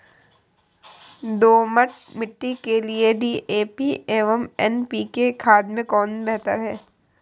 दोमट मिट्टी के लिए डी.ए.पी एवं एन.पी.के खाद में कौन बेहतर है?